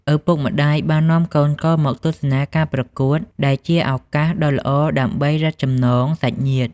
ឪពុកម្តាយបាននាំកូនៗមកទស្សនាការប្រកួតដែលជាឱកាសដ៏ល្អដើម្បីរឹតចំណងសាច់ញាតិ។